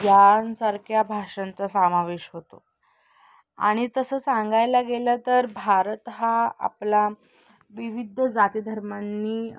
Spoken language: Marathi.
यासारख्या भाषांचा समावेश होतो आणि तसं सांगायला गेलं तर भारत हा आपला विविध जाती धर्मांनी